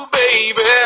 baby